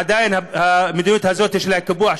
עדיין המדיניות הזאת של הקיפוח,